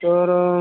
तर